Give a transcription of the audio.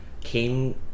came